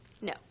No